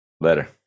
Later